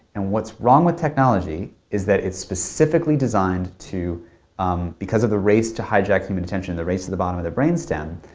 and what's wrong with technology is that it's specifically designed to um because of the race to hijack human attention, the race to the bottom of the brain stem,